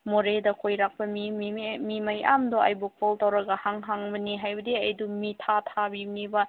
ꯃꯣꯔꯦꯗ ꯀꯣꯏꯔꯛꯄ ꯃꯤ ꯃꯤ ꯃꯤ ꯃꯤ ꯃꯌꯥꯝꯗꯣ ꯑꯩꯕꯨ ꯀꯣꯜ ꯇꯧꯔꯒ ꯍꯪꯕꯅꯤ ꯍꯥꯏꯕꯗꯤ ꯑꯩꯗꯨ ꯃꯤ ꯊꯥꯕꯤꯕꯅꯤꯕ